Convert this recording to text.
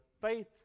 faith